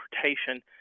transportation